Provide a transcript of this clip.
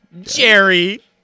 Jerry